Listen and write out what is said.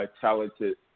talented